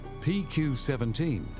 PQ-17